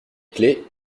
clefs